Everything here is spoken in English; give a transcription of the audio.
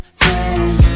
friend